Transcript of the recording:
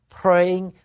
praying